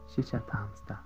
šičia tamstą